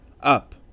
Up